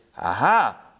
aha